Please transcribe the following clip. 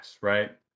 right